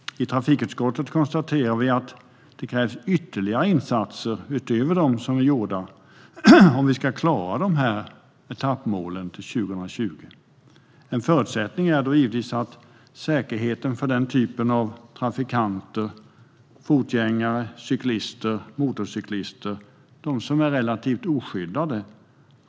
I trafikutskottet konstaterar vi att det krävs ytterligare insatser utöver dem som är gjorda om vi ska klara etappmålen till 2020. En förutsättning är givetvis att säkerheten stiger för trafikanter av typen fotgängare, cyklister och motorcyklister, de som är relativt oskyddade.